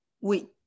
Oui